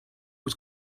was